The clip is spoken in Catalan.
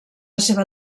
seva